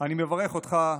אני מברך אותך,